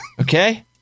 Okay